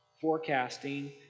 forecasting